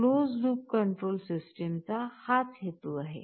Closed loop control system चा हा हेतू आहे